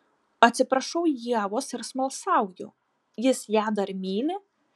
atsiprašau ievos ir smalsauju jis ją dar myli